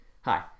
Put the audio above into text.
Hi